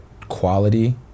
quality